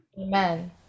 Amen